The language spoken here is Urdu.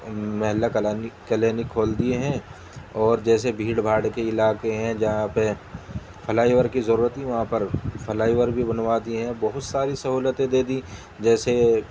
محلہ کلنک کلینک کھول دیے ہیں اور جیسے بھیڑ بھاڑ کے علاقے ہیں جہاں پہ فلائی اوور کی ضرورت تھی وہاں پر فلائی اوور بھی بنوا دیے ہیں بہت ساری سہولتیں دے دیں جیسے